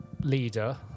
leader